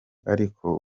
ariko